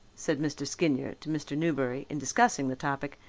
said mr. skinyer to mr. newberry in discussing the topic,